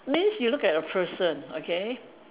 means you look at a person okay